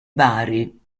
bari